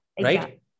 right